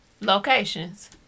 locations